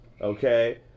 Okay